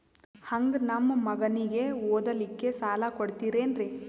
ಹಂಗ ನಮ್ಮ ಮಗನಿಗೆ ಓದಲಿಕ್ಕೆ ಸಾಲ ಕೊಡ್ತಿರೇನ್ರಿ?